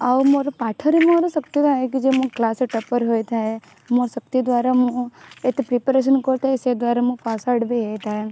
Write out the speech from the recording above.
ଆଉ ମୋର ପାଠରେ ମୋର ଶକ୍ତି ଥାଏ କି ଯେ ମୁଁ କ୍ଲାସ୍ର ଟପ୍ପର୍ ହୋଇଥାଏ ମୋ ଶକ୍ତି ଦ୍ୱାରା ମୁଁ ଏତେ ପ୍ରିପ୍ୟାରେସନ୍ କରିଥାଏ ସେ ଦ୍ୱାରା ମୁଁ ପାସ୍ ଆଉଟ୍ ବି ହେଇଥାଏ